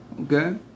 Okay